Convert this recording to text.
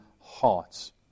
hearts